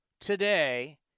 today